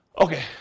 Okay